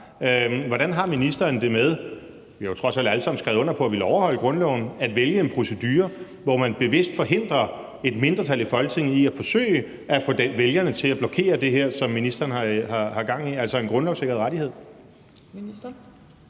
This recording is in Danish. overholde grundloven – at vælge en procedure, hvor man bevidst forhindrer et mindretal i Folketinget i at forsøge at få vælgerne til at blokere det her, som ministeren har gang i, altså en grundlovssikret rettighed?